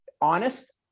honest